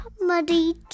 muddy